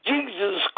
Jesus